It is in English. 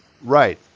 Right